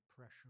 pressure